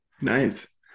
Nice